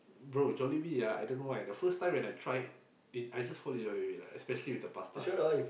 bro Jollibee ah I don't know why the first time when I tried I just fall in love with it lah especially with the pasta